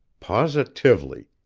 positively.